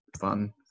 fun